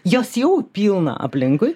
jos jau pilna aplinkui